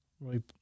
Right